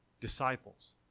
disciples